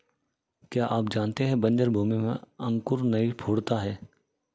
क्या आप जानते है बन्जर भूमि में अंकुर नहीं फूटता है?